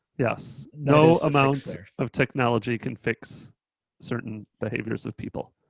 yes, no amount of technology can fix certain behaviors of people.